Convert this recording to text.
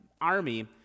army